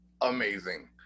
amazing